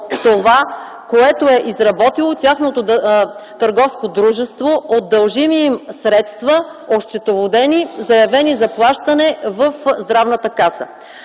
това, което е изработило тяхното търговско дружество от дължими им средства, осчетоводени, заявени за плащане в Здравната каса.